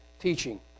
teaching